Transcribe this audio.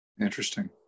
interesting